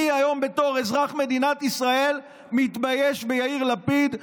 אני היום בתור אזרח מדינת ישראל מתבייש ביאיר לפיד,